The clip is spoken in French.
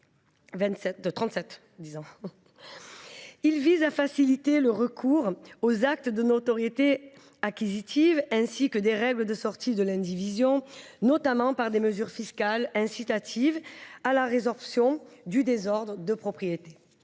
visent à faciliter le recours aux actes de notoriété acquisitive et aux règles de sortie de l’indivision, notamment par des mesures fiscales incitatives à la résorption du désordre de propriété.